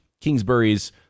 Kingsbury's